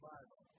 Bible